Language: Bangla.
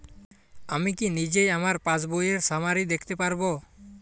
আমি কি নিজেই আমার পাসবইয়ের সামারি দেখতে পারব?